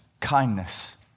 kindness